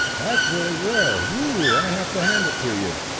that's really rare! whoo i have to hand it to you!